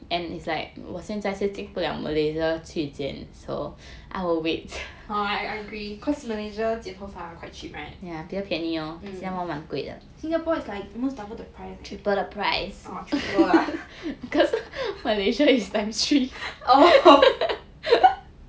oh I agree cause malaysia 剪头发 quite cheap right mm 新加坡 is like double the price oh triple ah oh